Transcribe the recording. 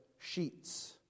sheets